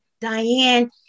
Diane